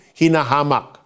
hinahamak